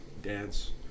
dance